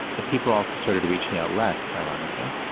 that people also started reaching out less, ironically,